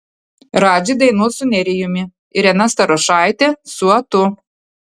radži dainuos su nerijumi irena starošaitė su atu